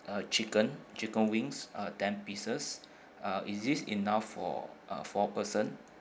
uh chicken chicken wings uh ten pieces uh is this enough for uh four person